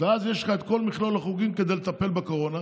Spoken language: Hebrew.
ואז יש לך את כל מכלול החוקים כדי לטפל בקורונה,